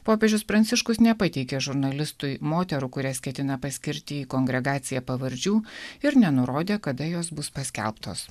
popiežius pranciškus nepateikė žurnalistui moterų kurias ketina paskirti į kongregaciją pavardžių ir nenurodė kada jos bus paskelbtos